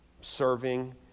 serving